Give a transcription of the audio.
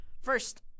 first